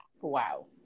Wow